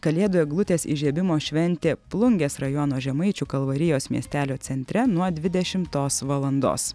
kalėdų eglutės įžiebimo šventė plungės rajono žemaičių kalvarijos miestelio centre nuo dvidešimtos valandos